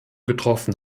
getroffen